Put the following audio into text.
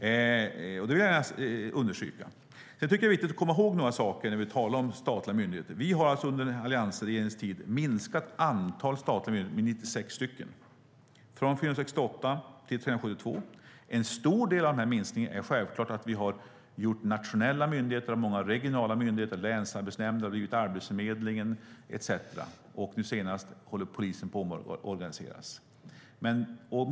Det vill jag gärna understryka. Det är viktigt att komma ihåg några saker när vi talar om statliga myndigheter. Vi har alltså under alliansregeringens tid minskat antalet statliga myndigheter med 96, från 468 till 372. En stor del av minskningen beror på att vi har gjort nationella myndigheter av många regionala myndigheter. Länsarbetsnämnder har blivit Arbetsförmedlingen etcetera. Nu senast håller polisen på att omorganiseras.